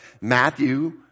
Matthew